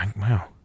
Wow